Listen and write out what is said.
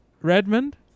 Redmond